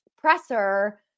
presser